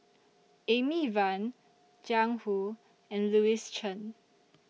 Amy Van Jiang Hu and Louis Chen